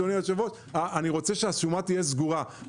אדוני היושב-ראש אני רוצה שהשומה תהיה סגורה.